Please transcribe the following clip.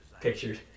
pictures